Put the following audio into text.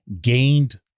gained